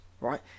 right